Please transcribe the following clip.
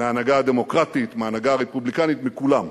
מההנהגה הדמוקרטית, מההנהגה הרפובליקנית, מכולם.